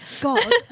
God